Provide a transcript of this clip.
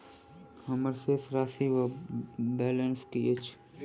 हम्मर शेष राशि वा बैलेंस की अछि?